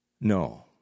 No